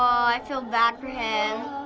i feel bad for him.